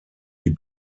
die